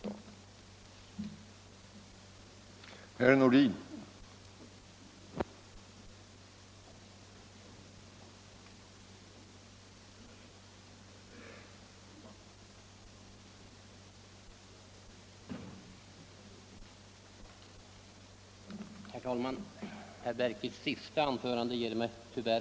5 november 1975